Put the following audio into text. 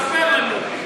ספר לנו.